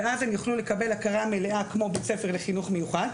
וכך הם יוכלו לקבל הכרה מלאה כמו בית ספר לחינוך מיוחד.